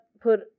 put